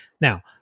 Now